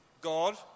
God